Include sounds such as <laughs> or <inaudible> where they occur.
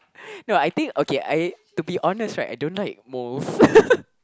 no I think okay I to be honest right I don't like moles <laughs>